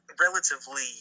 relatively